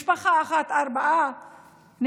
משפחה אחת, ארבע נפשות,